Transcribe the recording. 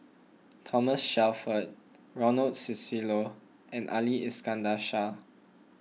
Thomas Shelford Ronald Susilo and Ali Iskandar Shah